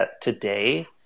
today